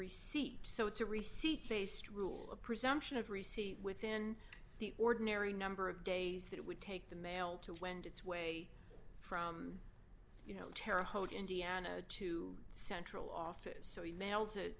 receipt so it's a receipt based rule a presumption of receipt within the ordinary number of days that it would take the mail to wend its way from you know terra haute indiana to central office so email